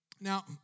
Now